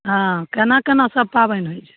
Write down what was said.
हँ केना केना सब पाबनि होइ छै